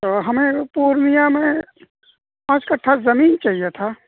تو ہمیں پورنیہ میں پانچ کٹھا زمین چاہیے تھا